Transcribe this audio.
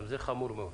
גם זה חמור מאוד.